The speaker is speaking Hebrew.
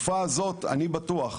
אני בטוח